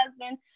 husband